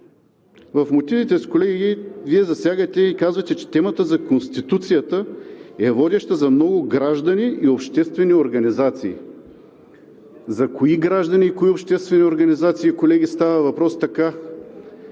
в мотивите си, колеги, Вие засягате и казвате, че темата за Конституцията е водеща за много граждани и обществени организации. За кои граждани и за кои обществени организации, колеги, става въпрос?